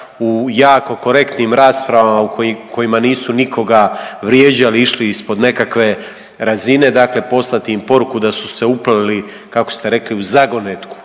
u jako korektnim raspravama u kojima nisu nikoga vrijeđali i išli ispod nekakve razine, dakle poslati im poruku da su se upleli, kako ste rekli, u zagonetku,